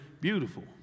beautiful